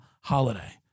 holiday